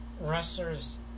wrestlers